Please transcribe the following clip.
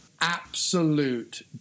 absolute